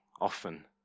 often